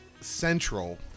Central